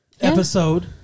episode